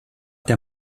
der